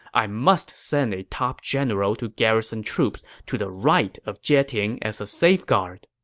i must send a top general to garrison troops to the right of jieting as a safeguard.